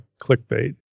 clickbait